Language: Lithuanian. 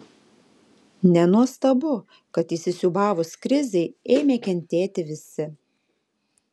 nenuostabu kad įsisiūbavus krizei ėmė kentėti visi